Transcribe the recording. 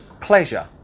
pleasure